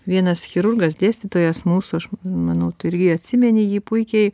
vienas chirurgas dėstytojas mūsų aš manau tu irgi atsimeni jį puikiai